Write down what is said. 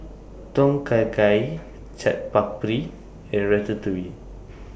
Tom Kha Gai Chaat Papri and Ratatouille